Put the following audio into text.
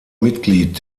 mitglied